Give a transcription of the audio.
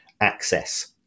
access